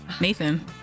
nathan